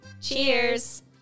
Cheers